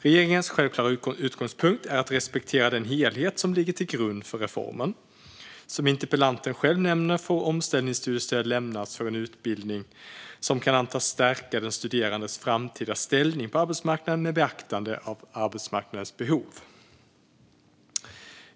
Regeringens självklara utgångspunkt är att respektera den helhet som ligger till grund för reformen. Som interpellanten själv nämner får omställningsstudiestöd lämnas för en utbildning som kan antas stärka den studerandes framtida ställning på arbetsmarknaden med beaktande av arbetsmarknadens behov.